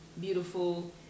beautiful